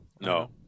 No